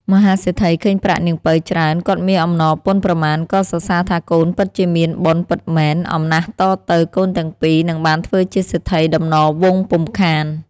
មហាសេដ្ឋីឃើញប្រាក់នាងពៅច្រើន គាត់មានអំណរពន់ប្រមាណក៏សរសើរថាកូនពិតជាមានបុណ្យពិតមែន អំណះតទៅកូនទាំងពីរនឹងបានធ្វើជាសេដ្ឋីដំណវង្សពុំខាន។